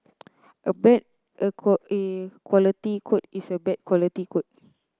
a bad a quality code is a bad quality code